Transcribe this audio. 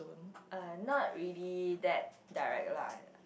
uh not really that direct lah